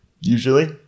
usually